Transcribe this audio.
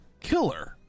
killer